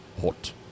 hot